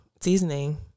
seasoning